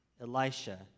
Elisha